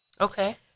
Okay